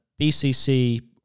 BCC-